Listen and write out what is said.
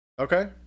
Okay